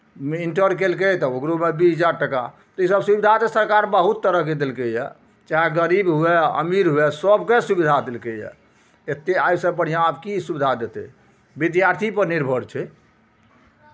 नहि इन्टर केलकै तऽ ओकरोमे बीस हजार टाका तऽ इसभ सुविधा तऽ सरकार बहुत तरहके देलकैए चाहे गरीब हुए अमीर हुए सभके सुविधा देलकैए एतेक एहिसँ बढ़िआँ आब की सुविधा देतै विद्यार्थीपर निर्भर छै